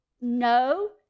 No